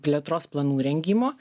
plėtros planų rengimo